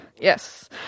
Yes